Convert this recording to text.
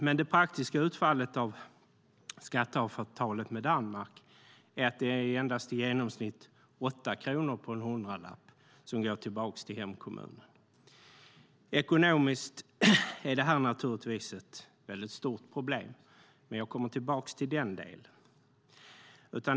Men det praktiska utfallet av skatteavtalet med Danmark är att det i genomsnitt är endast 8 kronor på en hundralapp som går tillbaka till hemkommunen. Ekonomiskt är detta ett stort problem, men jag kommer tillbaka till denna del.